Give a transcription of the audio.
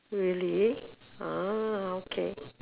really ah okay